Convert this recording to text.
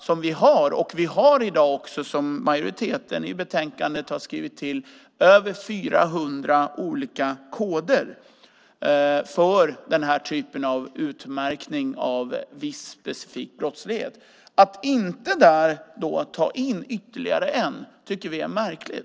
Som majoriteten har skrivit i betänkandet har vi dag över 400 olika koder för den här typen av utmärkning av viss specifik brottslighet. Att inte där kunna ta in ytterligare en tycker vi är märkligt.